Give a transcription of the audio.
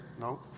No